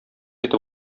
итеп